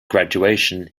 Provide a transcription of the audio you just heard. graduation